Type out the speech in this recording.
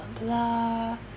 blah